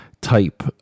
type